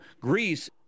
greece